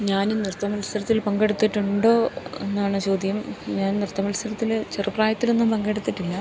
ഞാനും നൃത്ത മത്സരത്തിൽ പങ്കെടുത്തിട്ടുണ്ടോ എന്നാണ് ചോദ്യം ഞാൻ നൃത്ത മത്സരത്തിൽ ചെറു പ്രായത്തിലൊന്നും പങ്കെടുത്തിട്ടില്ല